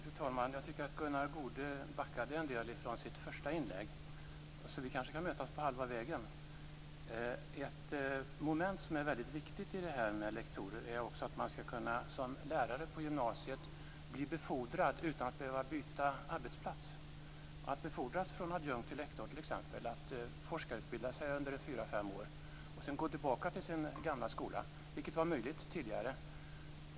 Fru talman! Jag tyckte att Gunnar Goude backade en del från sitt första inlägg, så vi kanske kan mötas på halva vägen. Ett moment som är väldigt viktigt när det gäller lektorer är att man som lärare på gymnasiet ska kunna bli befordrad utan att behöva byta arbetsplats. Man borde kunna befordras t.ex. från adjunkt till lektor eller forskarutbilda sig under fyra till fem år och sedan gå tillbaka till sin gamla skola, vilket var möjligt tidigare.